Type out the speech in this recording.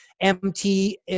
MT